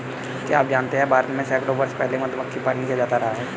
क्या आप जानते है भारत में सैकड़ों वर्ष पहले से मधुमक्खी पालन किया जाता रहा है?